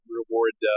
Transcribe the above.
reward